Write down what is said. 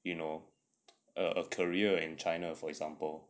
you know a career in china for example